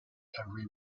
every